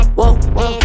whoa